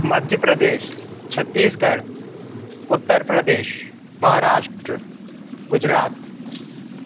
Madhya Pradesh Chhattisgarh Uttar Pradesh Maharashtra Gujarat